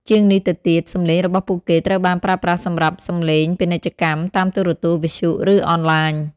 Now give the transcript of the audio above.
ជាងនេះទៅទៀត សំឡេងរបស់ពួកគេត្រូវបានប្រើប្រាស់សម្រាប់ សំឡេងពាណិជ្ជកម្ម តាមទូរទស្សន៍ វិទ្យុ ឬអនឡាញ។